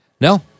No